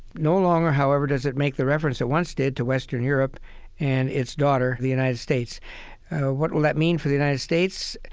no longer, however, does it make the reference it once did to western europe and its daughter, the united states what will that mean for the united states?